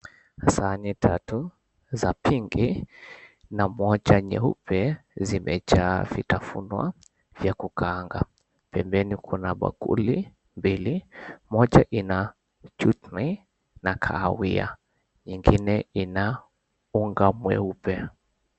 Sahani tatu za pink na moja nyeupe zimejaa vitafunwa vya kukaanga. Pembeni kuna bakuli mbili moja ina chuchimi na kahawia ingine ina unga mweupe.